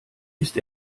ist